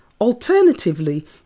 Alternatively